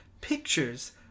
pictures